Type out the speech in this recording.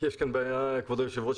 כבוד היושב-ראש,